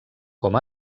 com